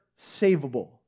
savable